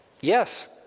Yes